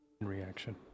Reaction